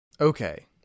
Okay